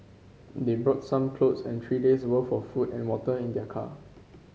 they brought some clothes and three days' worth of food and water in their car